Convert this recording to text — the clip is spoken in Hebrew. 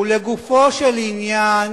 ולגופו של עניין?